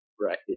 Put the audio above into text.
right